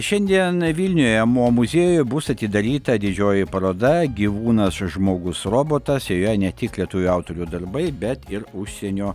šiandien vilniuje mo muziejuje bus atidaryta didžioji paroda gyvūnas žmogus robotas joje ne tik lietuvių autorių darbai bet ir užsienio